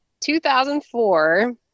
2004